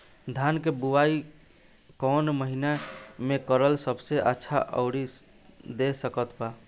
धान के बुआई कौन महीना मे करल सबसे अच्छा उपज दे सकत बा?